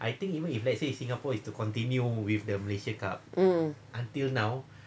um